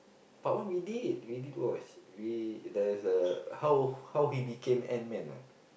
part one we did we did watch we there's a how how he became ant man what